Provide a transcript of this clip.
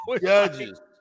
Judges